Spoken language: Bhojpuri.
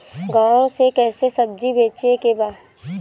गांव से कैसे सब्जी बेचे के बा?